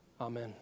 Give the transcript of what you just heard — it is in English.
Amen